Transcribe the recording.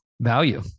value